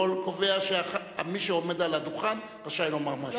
קודם כול קובע שמי שעומד על הדוכן רשאי לומר מה שהוא רוצה.